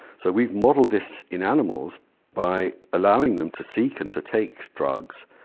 so we've modelled this in animals by allowing them to seek and to take drugs,